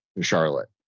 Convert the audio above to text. charlotte